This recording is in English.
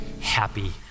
happy